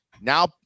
now